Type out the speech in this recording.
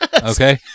Okay